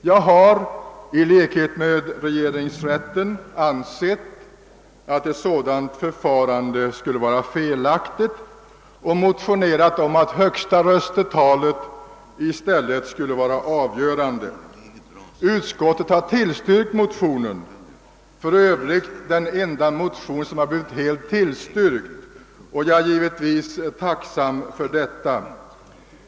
Jag har — i likhet med regeringsrätten — ansett att ett sådant förfarande skulle vara felaktigt och motionerat om att högsta röstetalet i stället skulle vara avgörande. Utskottet har tillstyrkt motionen — det är för övrigt den enda motion som har blivit helt tillstyrkt — och jag är givetvis tacksam för detta.